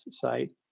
site